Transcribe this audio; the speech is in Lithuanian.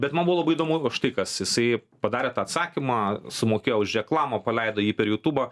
bet man buvo labai įdomu štai kas jisai padarė tą atsakymą sumokėjo už reklamą paleido jį per jutubą